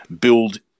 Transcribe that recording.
build